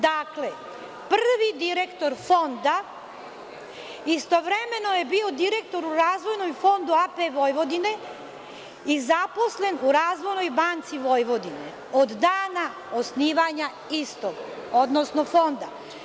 Dakle, prvi direktor Fonda, istovremeno je bio direktor Razvojnog fonda AP Vojvodine i zaposlen u Razvojnoj banci Vojvodine, od dana osnivanja istog, odnosno Fonda.